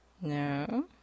No